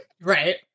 Right